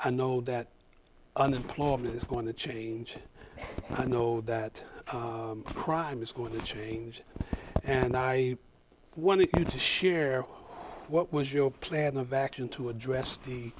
i know that unemployment is going to change i know that crime is going to change and i wanted to share what was your plan of action to address the